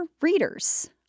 readers